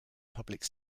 public